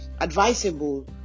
advisable